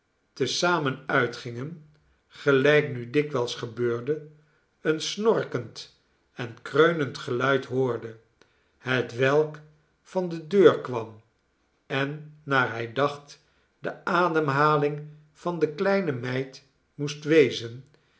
te zamen uitgingen gelijk nu dikwijls gebeurde een snorkend en kreunend geluid hoorde hetwelk van de deur kwam en naar hij dacht de ademhaling van de kleine meid moest wezen